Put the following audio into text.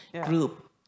group